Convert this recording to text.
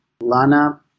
lana